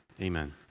Amen